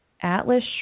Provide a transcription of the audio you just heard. Atlas